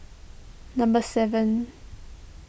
number seven